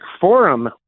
Forum